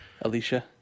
Alicia